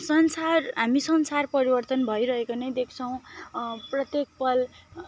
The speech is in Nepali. संसार हामी संसार परिवर्तन भइरहेको नै देख्छौँ प्रत्येक पल